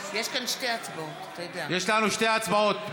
יש לנו שתי הצבעות.